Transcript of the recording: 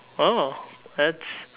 oh that's